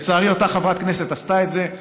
לצערי, אותה חברת כנסת עשתה את זה.